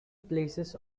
places